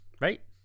right